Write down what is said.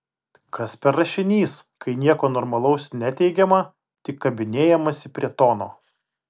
kas per rašinys kai nieko normalaus neteigiama tik kabinėjamasi prie tono